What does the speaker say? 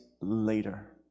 later